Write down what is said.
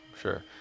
Sure